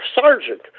sergeant